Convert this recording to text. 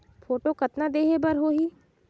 Photo कतना देहें बर होहि?